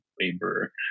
labor